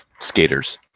skaters